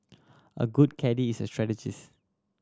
a good caddie is a strategist